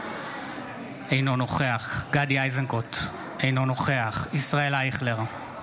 אינו נוכח גדי איזנקוט, אינו נוכח ישראל אייכלר,